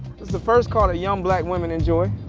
is the first car that young black women enjoy.